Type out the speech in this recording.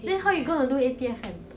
but you want to take P_O_M right